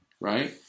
right